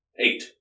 Eight